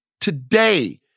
today